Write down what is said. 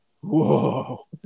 Whoa